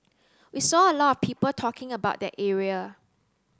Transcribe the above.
we saw a lot of people talking about that area